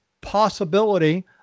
possibility